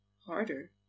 harder